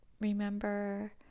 remember